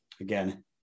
Again